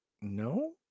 No